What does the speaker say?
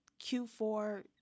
q4